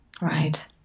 Right